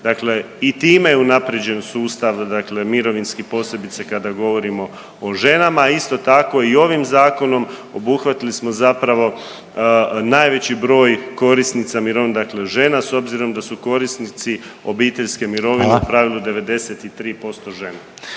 Dakle i time je unaprijeđen sustav dakle mirovinski, posebice kad govorimo o ženama i isto tako i ovim Zakonom obuhvatili smo zapravo najveći broj korisnica mirovina, dakle žena, s obzirom da su korisnici obiteljske mirovine u pravilu